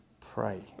pray